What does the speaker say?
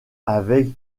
avec